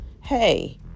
hey